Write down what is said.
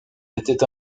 était